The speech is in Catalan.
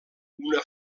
una